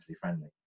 friendly